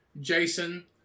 Jason